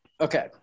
Okay